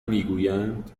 میگویند